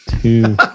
Two